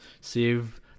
save